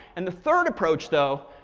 and the third approach though,